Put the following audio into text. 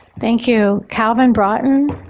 thank you. calvin broughton.